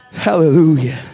Hallelujah